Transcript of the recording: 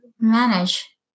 manage